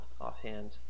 offhand